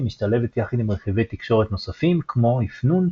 משתלבת יחד עם רכיבי תקשורת נוספים כמו איפנון,